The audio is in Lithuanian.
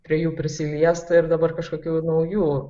prie jų prisiliesta ir dabar kažkokių naujų